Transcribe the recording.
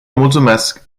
mulțumesc